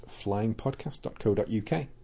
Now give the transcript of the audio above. flyingpodcast.co.uk